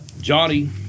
Johnny